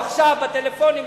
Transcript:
עכשיו בטלפונים,